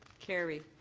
carried.